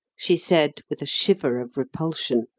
she said, with a shiver of repulsion.